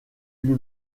lui